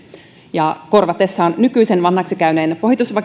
ja korvatessaan nykyisen vanhaksi käyneen